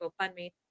GoFundMe